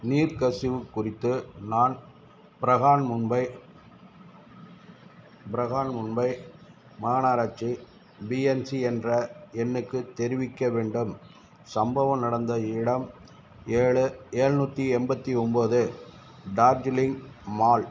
நீர்க்கசிவுக் குறித்து நான் ப்ரஹான் மும்பை ப்ரஹான் மும்பை மாநகராட்சி பிஎம்சி என்ற எண்ணுக்கு தெரிவிக்க வேண்டும் சம்பவம் நடந்த இடம் ஏழு ஏழ்நூத்தி எண்பத்தி ஒம்பது டார்ஜிலிங் மால்